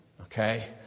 okay